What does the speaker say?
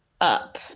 up